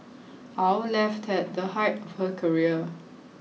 Al left at the height of her career